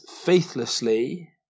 faithlessly